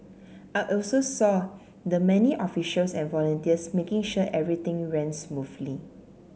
I also saw the many officials and volunteers making sure everything ran smoothly